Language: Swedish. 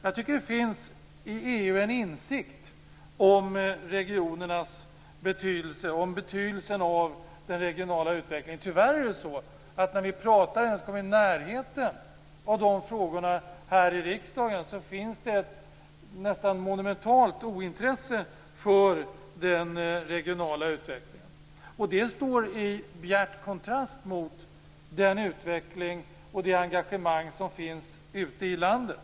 Jag tycker att det finns en insikt i EU om regionernas betydelse och om betydelsen av den regionala utvecklingen. Tyvärr är det så att när vi pratar och kommer i närheten av dessa frågor här i riksdagen, finns det ett nästan monumentalt ointresse för den regionala utvecklingen. Det står i bjärt kontrast till den utveckling och det engagemang som finns ute i landet.